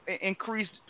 increased